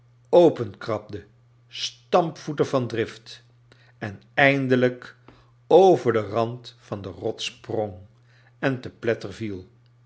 handen openkrabde stampvoette van drift en eindejijk over den rand van de rots sprong en te pletter viel